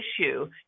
issue